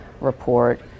report